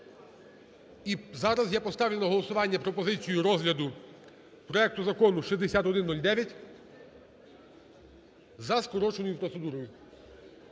І зараз я поставлю на голосування пропозицію розгляду проекту Закону 6109 за скороченою процедурою.